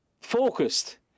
focused